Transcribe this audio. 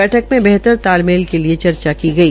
बैठक में बेहतर तालमेल के लिये चर्चा की गई